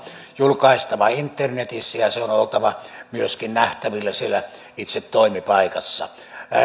julkaistava internetissä ja ja sen on oltava myöskin nähtävillä siellä itse toimipaikassa